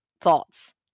thoughts